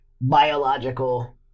biological